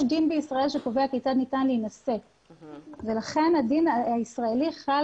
יש דין בישראל שקובע כיצד ניתן להינשא ולכן הדין הישראלי חל